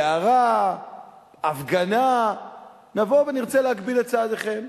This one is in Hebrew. הערה או הפגנה נבוא ונרצה להגביל את צעדיכם.